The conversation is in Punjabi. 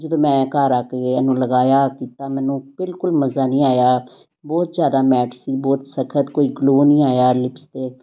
ਜਦੋਂ ਮੈਂ ਘਰ ਆ ਕੇ ਇਹਨੂੰ ਲਗਾਇਆ ਕੀਤਾ ਮੈਨੂੰ ਬਿਲਕੁਲ ਮਜ਼ਾ ਨਹੀਂ ਆਇਆ ਬਹੁਤ ਜ਼ਿਆਦਾ ਮੈਟ ਸੀ ਬਹੁਤ ਸਖ਼ਤ ਕੋਈ ਗਲੋ ਨਹੀਂ ਆਇਆ ਲਿਪਸ 'ਤੇ